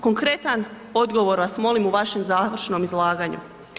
Konkretan odgovor vas molim u vašem završnom izlaganju.